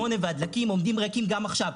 8 והדלקים עומדים ריקים גם עכשיו.